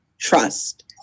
trust